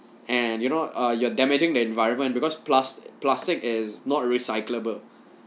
and you know uh you're damaging the environment because plus plastic is not recyclable